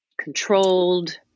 controlled